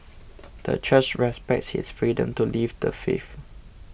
the church respects his freedom to leave the faith